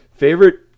Favorite